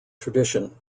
tradition